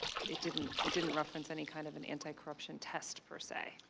it didn't it didn't reference any kind of and anticorruption test per se.